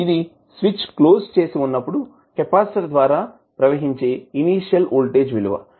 ఇది switch close చేసి ఉన్నప్పుడు కెపాసిటర్ ద్వారా ప్రవహించే ఇనీషియల్ వోల్టేజ్ విలువ